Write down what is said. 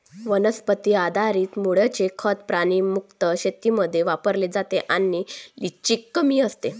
वनस्पती आधारित मूळचे खत प्राणी मुक्त शेतीमध्ये वापरले जाते आणि लिचिंग कमी करते